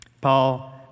Paul